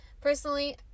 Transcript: Personally